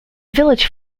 village